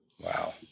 Wow